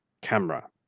Camera